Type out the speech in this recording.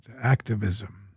activism